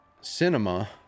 cinema